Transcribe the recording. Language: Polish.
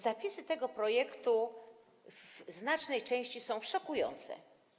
Zapisy tego projektu w znacznej części są szokujące.